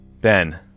Ben